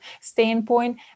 standpoint